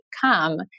come